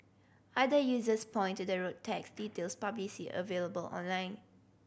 other users point to the road tax details available online